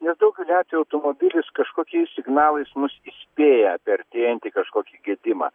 nes daugeliu atvejų automobilis kažkokiais signalais mus įspėja apie artėjantį kažkokį gedimą